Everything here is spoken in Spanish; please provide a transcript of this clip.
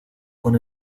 con